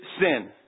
sin